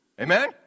Amen